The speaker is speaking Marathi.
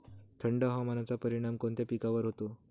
थंड हवामानाचा परिणाम कोणत्या पिकावर होतो?